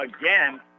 Again